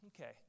okay